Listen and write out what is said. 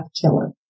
killer